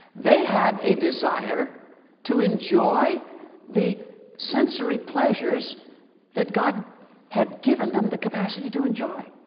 they had a desire to enjoy the sensory pleasures that god had given them the capacity to enjoy.